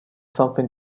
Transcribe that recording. something